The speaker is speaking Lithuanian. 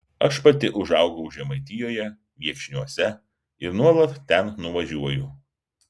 aš pati užaugau žemaitijoje viekšniuose ir nuolat ten nuvažiuoju